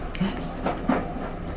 Yes